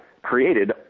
created